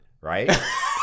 right